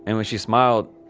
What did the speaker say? and when she smiled,